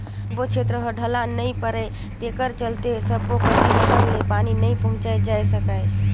सब्बो छेत्र ह ढलान नइ परय तेखर चलते सब्बो कति नहर ले पानी नइ पहुंचाए जा सकय